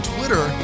Twitter